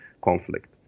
conflict